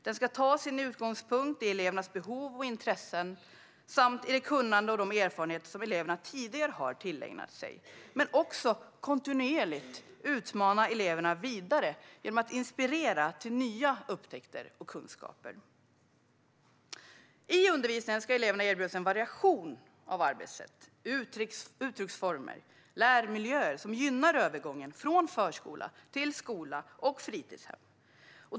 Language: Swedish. Den ska ta sin utgångspunkt i elevernas behov och intressen samt i det kunnande och de erfarenheter som eleverna tidigare har tillägnat sig, men den ska också kontinuerligt utmana eleverna vidare genom att inspirera till nya upptäckter och kunskaper. I undervisningen ska eleverna erbjudas en variation av arbetssätt, uttrycksformer och lärmiljöer som gynnar övergången från förskola till skola och fritidshem.